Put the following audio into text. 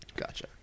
Gotcha